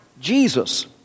Jesus